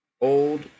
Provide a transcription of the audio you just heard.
old